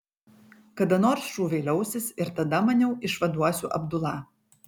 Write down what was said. kada nors šūviai liausis ir tada maniau išvaduosiu abdulą